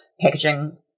packaging